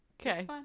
Okay